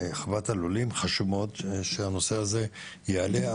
חוות הלולים, חשוב מאוד שהנושא הזה יעלה.